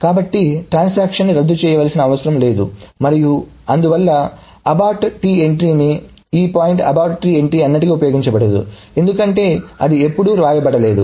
కాబట్టిట్రాన్సాక్షన్ ని రద్దు చేయవలసిన అవసరం లేదు మరియు అందువల్ల అబార్ట్ T ఎంట్రీ ఈ పాయింట్ అబార్ట్ T ఎంట్రీ ఎన్నటికీ ఉపయోగించబడదు ఎందుకంటే అది ఎప్పుడూ వ్రాయబడలేదు